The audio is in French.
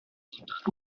george